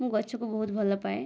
ମୁଁ ଗଛକୁ ବହୁତ ଭଲପାଏ